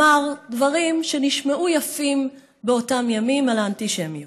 אמר דברים שנשמעו יפים באותם ימים על האנטישמיות: